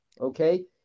okay